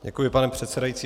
Děkuji, pane předsedající.